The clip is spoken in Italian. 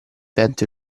vento